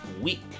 week